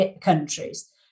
countries